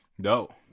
Dope